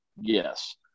Yes